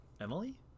Emily